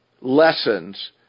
lessons